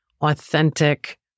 authentic